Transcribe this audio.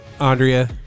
Andrea